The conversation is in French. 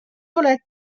relatives